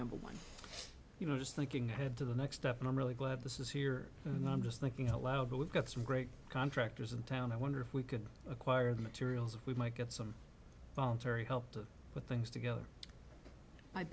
number one you know just thinking ahead to the next step and i'm really glad this is here and i'm just thinking out loud but we've got some great contractors in town i wonder if we could acquire the materials if we might get some voluntary help to put things together